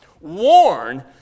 warn